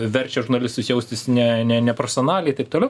verčia žurnalistus jaustis ne neprofesionaliai taip toliau